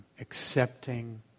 accepting